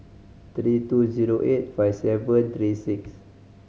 three two zero eight five seven three six